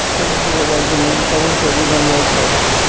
पूंजी बजार के नियम कानून सेबी बनबई छई